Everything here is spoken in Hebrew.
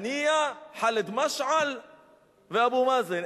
הנייה, ח'אלד משעל ואבו מאזן.